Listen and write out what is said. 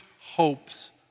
hopes